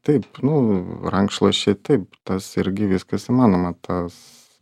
taip nu rankšluosčiai taip tas irgi viskas įmanoma tas